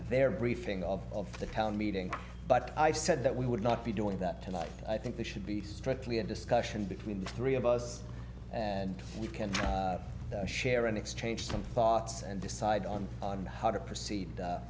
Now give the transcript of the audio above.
their briefing all of the town meeting but i said that we would not be doing that tonight i think they should be strictly a discussion between the three of us and you can share and exchange some thoughts and decide on on how to proceed